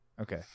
okay